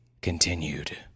continued